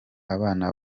abana